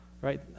right